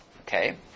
Okay